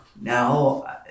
Now